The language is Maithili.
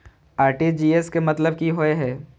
आर.टी.जी.एस के मतलब की होय ये?